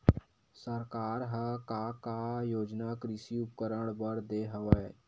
सरकार ह का का योजना कृषि उपकरण बर दे हवय?